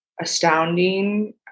astounding